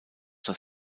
das